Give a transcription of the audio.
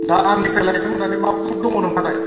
दा आंनिफ्राय लायदों होननानै मा फ्रुफ दङ नोंहालाय